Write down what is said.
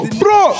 bro